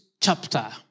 chapter